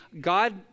God